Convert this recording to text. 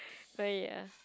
so ya